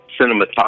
cinematography